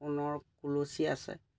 সোণৰ কলচী আছে